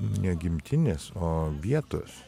ne gimtinės o vietos